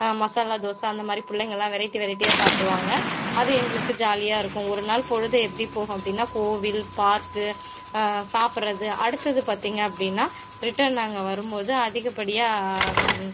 மசாலா தோசை அந்தமாதிரி பிள்ளைங்களா வெரைட்டி வெரைட்டியாக சாப்பிடுவாங்க அது எங்களுக்கு ஜாலியாக இருக்கும் ஒரு நாள் பொழுது எப்படி போகும் அப்படின்னா கோவில் பார்க்கு சாப்பிறது அடுத்தது பார்த்தீங்க அப்படின்னா ரிட்டன் நாங்கள் வரும் போது அதிகப்படியாக